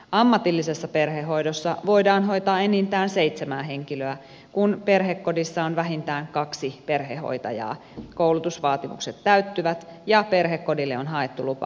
ammatillisessa perhehoidossa voidaan hoitaa enintään seitsemää henkilöä kun perhekodissa on vähintään kaksi perhehoitajaa koulutusvaatimukset täyttyvät ja perhekodille on haettu lupa aluehallintovirastolta